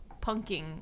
punking